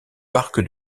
parc